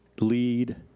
lead,